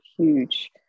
huge